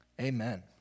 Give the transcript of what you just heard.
Amen